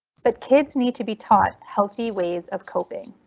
but kids need to be taught healthy ways of coping.